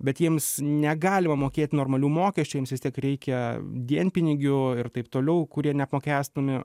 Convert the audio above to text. bet jiems negalima mokėt normalių mokesčių jiems vis tiek reikia dienpinigių ir taip toliau kurie neapmokestinami